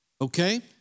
Okay